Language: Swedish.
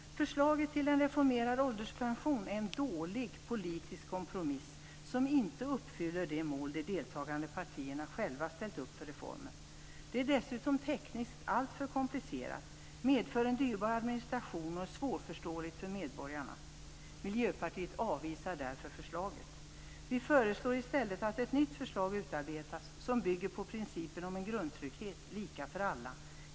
Förslaget till en reformerad ålderspension är en dålig politisk kompromiss, som inte uppfyller de mål de deltagande partierna själva ställt upp för reformen. Det är dessutom tekniskt alltför komplicerat, medför en dyrbar administration och är svårförståeligt för medborgarna. Miljöpartiet avvisar därför förslaget. Vi föreslår i stället att ett nytt förslag utarbetas som bygger på principen om en grundtrygghet, lika för alla.